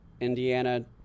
Indiana